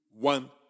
One